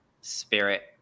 spirit